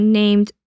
named